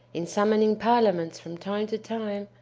in summoning parliaments from time to time,